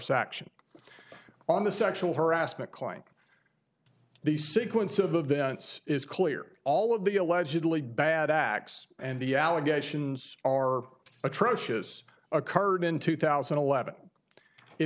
section on the sexual harassment client the sequence of events is clear all of the allegedly bad acts and the allegations are atrocious occurred in two thousand and eleven it